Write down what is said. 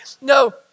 No